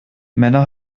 männer